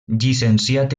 llicenciat